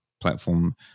platform